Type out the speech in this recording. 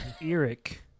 Eric